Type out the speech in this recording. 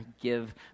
give